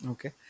Okay